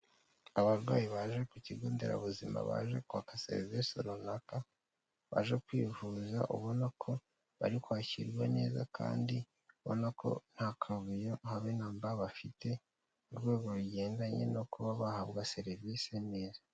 Abarwayi baje ku kigo nderabuzima baje kwaka serivise runaka, baje kwivuza ubona ko bari kwakirwa neza kandi ubona ko nta kavuyo habe na mba bafite, ku rwego rugendanye no kuba bahabwa serivise neza.